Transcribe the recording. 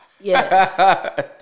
Yes